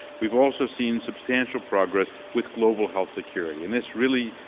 we've also seen substantial progress with global health security and this really,